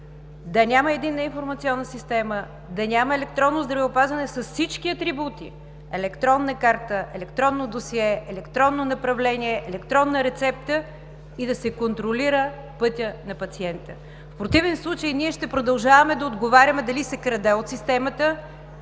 да няма единна информационна система, да няма електронно здравеопазване с всички атрибути – електронна карта, електронно досие, електронно направление, електронна рецепта – и да се контролира пътят на пациента? В противен случай ние ще продължаваме да отговаряме дали се краде от системата,